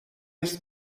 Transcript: است